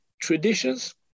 traditions